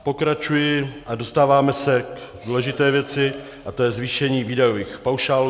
Pokračuji a dostáváme se k důležité věci a to je zvýšení výdajových paušálů.